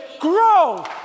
grow